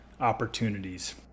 opportunities